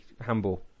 handball